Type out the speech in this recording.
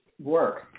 work